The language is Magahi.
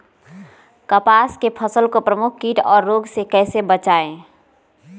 कपास की फसल को प्रमुख कीट और रोग से कैसे बचाएं?